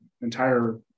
entire